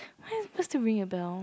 how you supposed to ring a bell